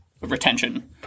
retention